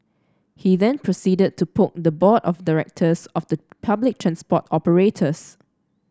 he then proceeded to poke the board of directors of the public transport operators